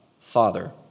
Father